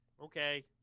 Okay